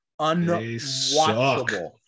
unwatchable